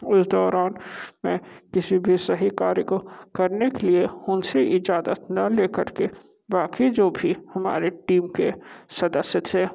उस दौरान मैं किसी भी सही कार्य को करने के लिए उनसे इज़ाजत ना लेकर के बाकी जो भी हमारे टीम के सदस्य थे